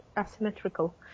asymmetrical